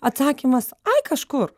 atsakymas ai kažkur